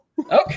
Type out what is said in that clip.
Okay